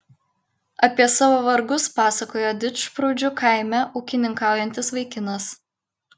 apie savo vargus pasakojo didžprūdžių kaime ūkininkaujantis vaikinas